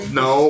no